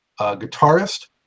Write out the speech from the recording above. guitarist